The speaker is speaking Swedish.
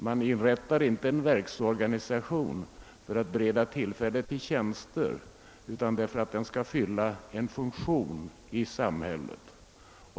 Man upprättar inte en verksorganisation för att bereda tillfälle till tjänster utan för att denna skall fylla en funktion i samhället.